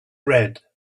red